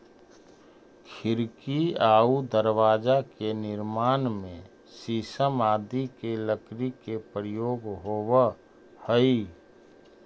खिड़की आउ दरवाजा के निर्माण में शीशम आदि के लकड़ी के प्रयोग होवऽ हइ